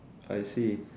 I see